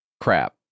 crap